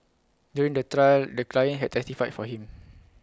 during the trial the client had testified for him